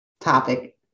topic